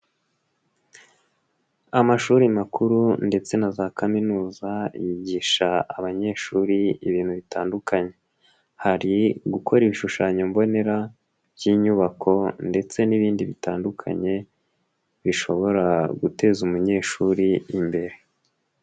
Amashuri makuru ndetse na za kaminuza yigisha abanyeshuri ibintu bitandukanye, hari gukora ibishushanyo mbonera by'inyubako ndetse n'ibindi bitandukanye bishobora guteza umunyeshuri imbere.